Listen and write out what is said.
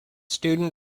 student